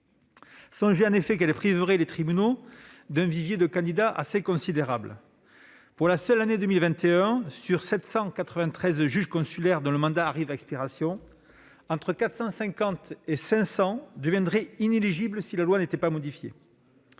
Songez en effet qu'elle priverait les tribunaux d'un vivier de candidats assez considérable. Pour la seule année 2021, de 450 à 500 des 793 juges consulaires dont le mandat arrive à expiration deviendraient inéligibles si la loi n'était pas modifiée.